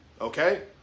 okay